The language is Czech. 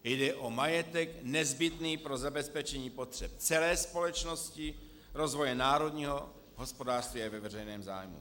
Jde o majetek nezbytný pro zabezpečení potřeb celé společnosti, rozvoje národního hospodářství a je ve veřejném zájmu.